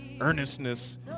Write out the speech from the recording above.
earnestness